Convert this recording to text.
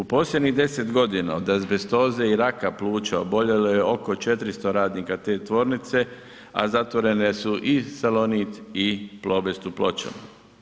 U posljednjih 10 godina od azbestoze i raka pluća oboljelo je oko 400 radnika te tvornice, a zatvorene su i Salonit i Plobest u Pločama.